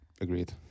Agreed